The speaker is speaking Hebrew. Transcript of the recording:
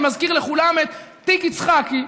אני מזכיר לכולם את תיק יצחקי,